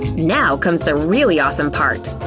now comes the really awesome part.